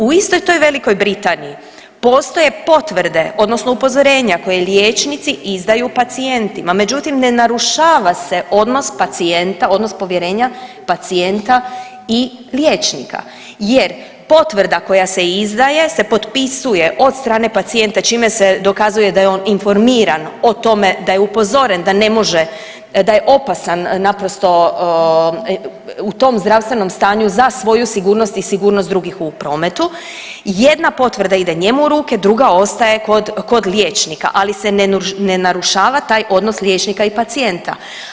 U istoj toj Velikoj Britaniji postoje potvrde odnosno upozorenja koje liječnici izdaju pacijentima, međutim ne narušava se odnos pacijenta odnos povjerenja pacijenta i liječnika jer potvrda koja se izdaje se potpisuje od strane pacijenta čime se dokazuje da je on informiran o tome da je upozoren da ne može, da je opasan naprosto u tom zdravstvenom stanju za svoju sigurnost i sigurnost drugih u prometu, jedna potvrda ide njemu u ruke, druga ostaje kod liječnika, ali se ne narušava taj odnos liječnika i pacijenta.